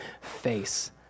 face